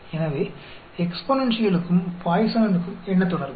எனவே எக்ஸ்பொனென்ஷியலுக்கும் பாய்சானுக்கும் என்ன தொடர்பு